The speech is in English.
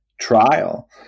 trial